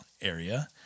area